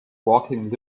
walking